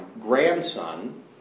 Grandson